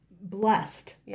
Blessed